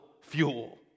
fuel